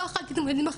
לא אכלתי כלום,